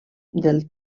del